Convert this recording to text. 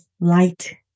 light